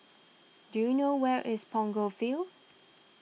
do you know where is Punggol Field